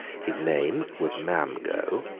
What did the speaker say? his name was mamgo,